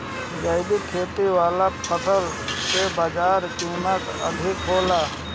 जैविक खेती वाला फसल के बाजार कीमत अधिक होला